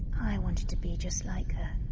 i wanted to be just like her.